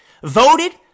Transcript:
Voted